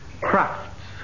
Crafts